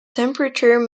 temperature